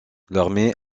l’armée